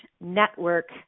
Network